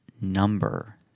number